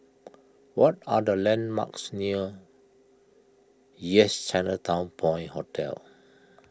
what are the landmarks near Yes Chinatown Point Hotel